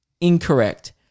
Incorrect